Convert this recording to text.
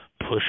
push